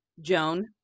Joan